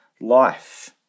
life